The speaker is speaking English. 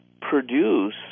produce